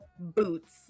boots